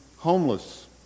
Homeless